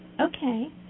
Okay